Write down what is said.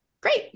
Great